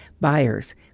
buyers